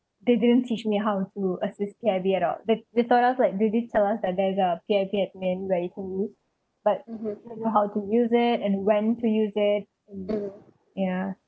they didn't teach me how to assist P_I_B at all they they told us like they did tell us that there's a P_I_B admin where you can use but how to use it and when to use it um ya